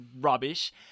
rubbish